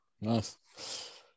Nice